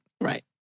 Right